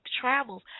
travels